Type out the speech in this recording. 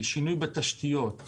שינוי בתשתיות,